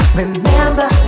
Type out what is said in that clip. remember